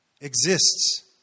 exists